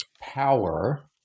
power